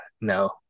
No